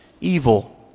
evil